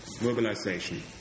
mobilisation